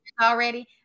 already